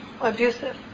abusive